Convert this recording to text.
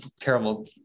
terrible